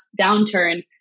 downturn